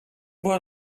bon